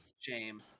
shame